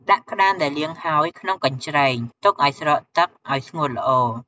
ដាក់ក្ដាមដែលលាងហើយក្នុងកញ្ច្រែង ទុកឲ្យស្រក់ទឹកឲ្យស្ងួតល្អ។